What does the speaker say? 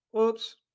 Oops